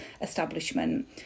establishment